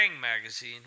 magazine